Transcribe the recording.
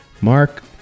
Mark